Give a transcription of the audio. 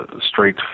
straight